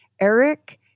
Eric